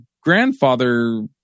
grandfather